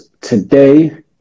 today